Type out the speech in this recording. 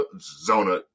Zona